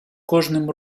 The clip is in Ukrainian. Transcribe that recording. кожним